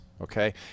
okay